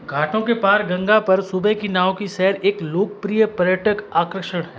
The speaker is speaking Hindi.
घाटों के पार गंगा पर सुबह की नाव की सैर एक लोकप्रिय पर्यटक आकर्षण है